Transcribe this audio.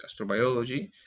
astrobiology